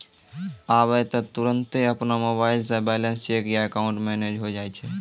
आबै त तुरन्ते अपनो मोबाइलो से बैलेंस चेक या अकाउंट मैनेज होय जाय छै